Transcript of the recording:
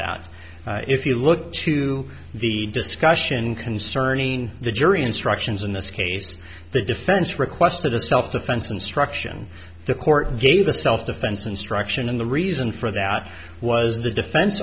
that if you look to the discussion concerning the jury instructions in this case the defense requested a self defense instruction the court gave the self defense instruction and the reason for that was the defense